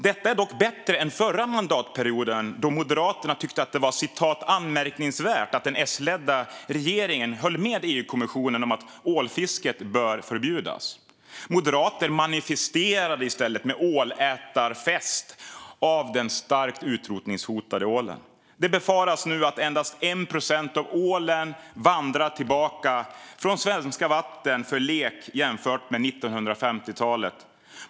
Detta är dock bättre än förra mandatperioden då Moderaterna tyckte att det var anmärkningsvärt att den S-ledda regeringen höll med EU-kommissionen om att ålfisket bör förbjudas. I stället manifesterade moderater med ålätarfest då man åt den starkt utrotningshotade ålen. Det befaras nu att endast 1 procent av ålen vandrar tillbaka från svenska vatten för lek jämfört med hur det var på 1950-talet.